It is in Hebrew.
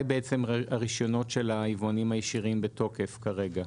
הרישיונות של היבואנים הישירים בתוקף כרגע.